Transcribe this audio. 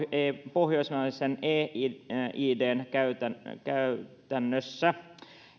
pohjoismaisen e idn käytännössä